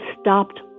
stopped